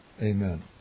Amen